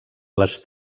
les